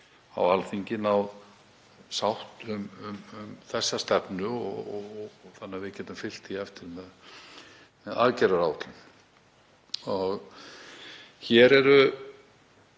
á Alþingi náð sátt um þessa stefnu þannig að við getum fylgt því eftir með aðgerðaáætlun. Hér eru